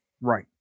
Right